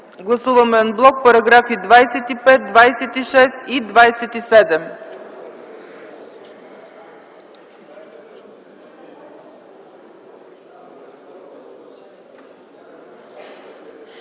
Гласуваме ан блок параграфи 25, 26 и 27.